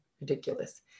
ridiculous